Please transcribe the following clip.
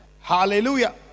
Hallelujah